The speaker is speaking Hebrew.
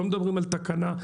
לא מדברים על תקנה.